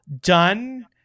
done